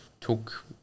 took